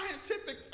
scientific